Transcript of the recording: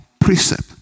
precept